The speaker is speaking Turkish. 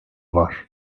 var